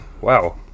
wow